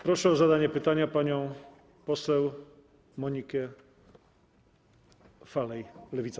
Proszę o zadanie pytania panią poseł Monikę Falej, Lewica.